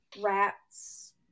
rats